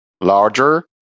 Larger